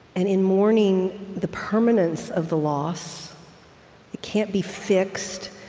and in mourning the permanence of the loss, it can't be fixed,